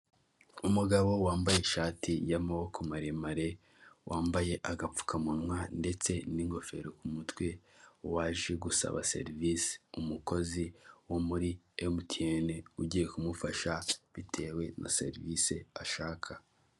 Umugabo wambaye ishati y'amaboko maremare wambaye agapfukamunwa ndetse n'ingofero ku mutwe waje gusaba serivisi, umukozi wo muri emutiyene ugiye kumufasha bitewe na serivisi ashaka.